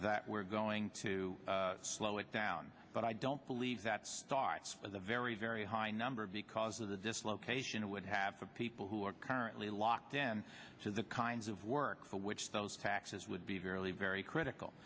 that we're going to slow it down but i don't believe that starts with a very very high number because of the dislocation it would have to people who are currently locked in to the kinds of work to which those taxes would be very very critical